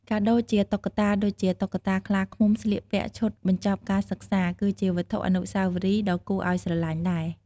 កាដូជាតុក្កតា ដូចជា តុក្កតាខ្លាឃ្មុំស្លៀកពាក់ឈុតបញ្ចប់ការសិក្សា គឺជាវត្ថុអនុស្សាវរីយ៍ដ៏គួរឱ្យស្រឡាញ់ដែរ។